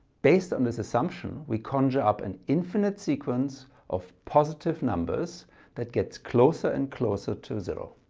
based on this assumption we conjure up an infinite sequence of positive numbers that gets closer and closer to zero.